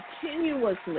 continuously